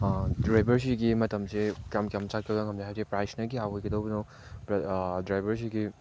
ꯗ꯭ꯔꯥꯏꯕꯔꯁꯤꯒꯤ ꯃꯇꯝꯁꯦ ꯀꯌꯥꯝ ꯀꯌꯥꯝ ꯆꯠꯄꯗꯣ ꯉꯝꯃꯤ ꯍꯥꯏꯗꯤ ꯄ꯭ꯔꯥꯏꯁꯅ ꯀꯌꯥ ꯑꯣꯏꯒꯗꯧꯕꯅꯣ ꯗ꯭ꯔꯥꯏꯕꯔꯁꯤꯒꯤ